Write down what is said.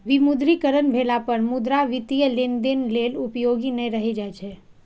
विमुद्रीकरण भेला पर मुद्रा वित्तीय लेनदेन लेल उपयोगी नै रहि जाइ छै